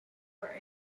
were